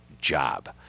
job